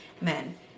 men